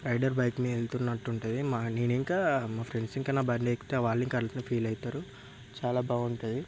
rider బైక్ని వెళ్తున్నట్టు ఉంటుంది మా నేను ఇంకా మా ఫ్రెండ్స్ ఇంకా నా బండి ఎక్కితే వాళ్ళు ఇంకా అట్లే ఫీల్ అవుతారు చాలా బాగుంటుంది